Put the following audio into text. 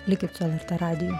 likit su lrt radiju